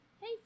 Hey